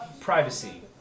privacy